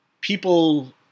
People